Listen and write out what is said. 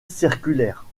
circulaire